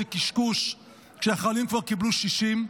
זה קשקוש, כשהחיילים כבר קיבלו 60,